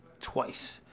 twice